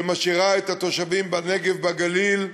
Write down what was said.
שמשאירה את התושבים בנגב ובגליל,